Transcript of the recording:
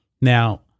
Now